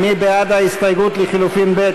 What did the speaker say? מי בעד הסתייגות לחלופין ב'?